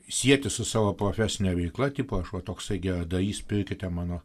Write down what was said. sieti su savo profesine veikla tipo aš va toksai geradarys pirkite mano